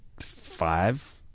five